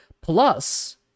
Plus